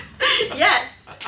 Yes